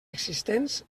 existents